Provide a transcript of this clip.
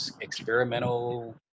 experimental